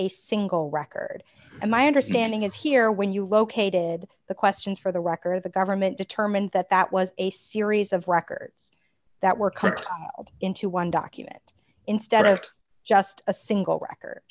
a single record and my understanding is here when you located the questions for the rocker the government determined that that was a series of records that were cut into one document instead of just a single record